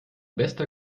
bester